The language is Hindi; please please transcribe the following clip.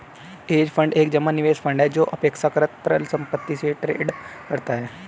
हेज फंड एक जमा निवेश फंड है जो अपेक्षाकृत तरल संपत्ति में ट्रेड करता है